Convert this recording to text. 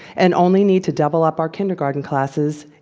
and only need to double up our kindergarten classes,